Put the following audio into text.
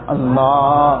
Allah